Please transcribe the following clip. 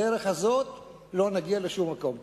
בדרך הזאת לא נגיע לשום מקום.